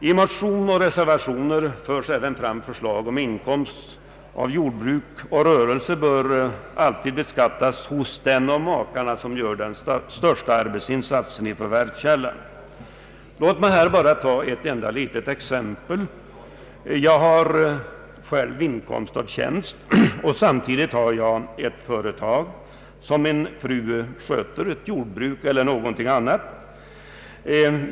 I motion och reservation förs fram förslag om att inkomst av jordbruk och rörelse alltid bör beskattas hos den av makarna som gör den största arbetsinsatsen i förvärvskällan. Låt mig bara ta ett exempel: Jag har själv inkomst av tjänst, och samtidigt har jag ett företag som min fru sköter — ett jordbruk eller någonting annat.